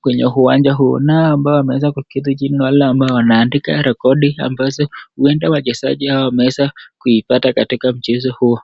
kwenye uwanja huu. Na hawa ambao wameweza kuketi chini ni wale ambao wanaandika rekodi ambazo huenda wachezaji hao wameweza kuipata katika mchezo huu.